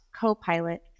copilot